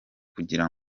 kugira